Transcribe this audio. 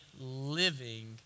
living